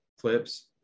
clips